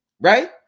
right